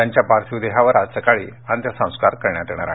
त्यांच्या पार्थीव देहावर आज सकाळी अंत्यसंस्कार करण्यात येणार आहेत